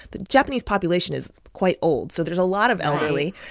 the japanese population is quite old, so there's a lot of elderly.